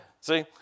See